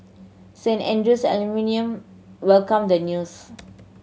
Saint Andrew's alumni welcome the news